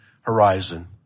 horizon